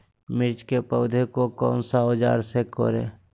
मिर्च की पौधे को कौन सा औजार से कोरे?